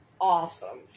awesome